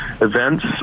events